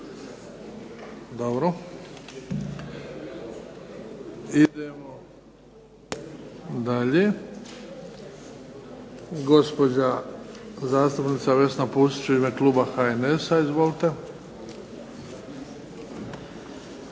Dobro. Idemo dalje. Gospođa zastupnica Vesna Pusić u ime kluba HNS-a. Izvolite.